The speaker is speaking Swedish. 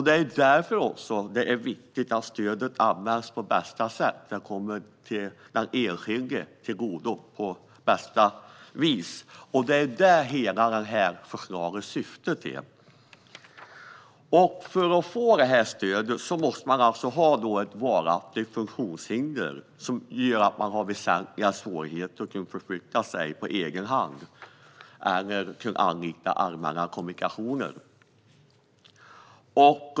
Det är därför det är viktigt att stödet används på bästa sätt, att det kommer den enskilde till godo på bästa vis. Det är vad hela förslaget syftar till. För att få stödet måste man ha ett varaktigt funktionshinder som gör att man har väsentliga svårigheter att förflytta sig på egen hand eller att anlita allmänna kommunikationer.